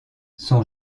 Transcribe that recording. son